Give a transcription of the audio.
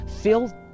feel